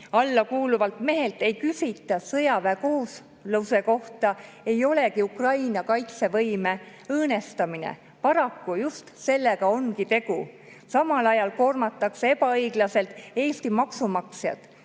alla kuuluvalt mehelt ei küsita sõjaväekohustuse kohta, ei olegi Ukraina kaitsevõime õõnestamine? Paraku just sellega ongi tegu. Samal ajal koormatakse ebaõiglaselt Eesti maksumaksjaid.